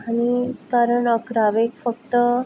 आनी कारण अकरावेक फक्त